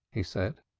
he said,